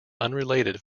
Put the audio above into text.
unrelated